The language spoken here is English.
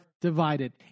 divided